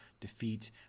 defeat